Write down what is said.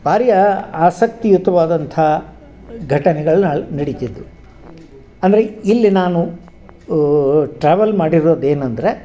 ಭಾರೀ ಆಸಕ್ತಿಯುತವಾದಂಥ ಘಟನೆಗಳ್ನಲ್ಲಿ ನಡಿತಿದ್ದವು ಅಂದರೆ ಇಲ್ಲಿ ನಾನು ಟ್ರಾವೆಲ್ ಮಾಡಿರೋದು ಏನಂದರೆ